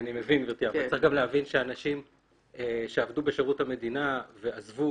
אני מבין גבירתי אבל צריך להבין שאנשים שעבדו בשירות המדינה ועזבו